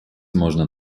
можно